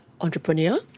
entrepreneur